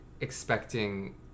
expecting